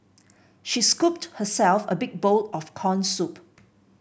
she scooped herself a big bowl of corn soup